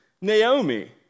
Naomi